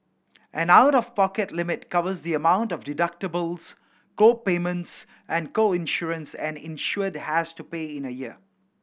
an out of pocket limit covers the amount of deductibles co payments and co insurance an insured has to pay in a year